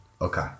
Okay